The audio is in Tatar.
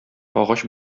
агач